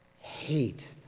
hate